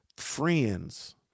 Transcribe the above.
friends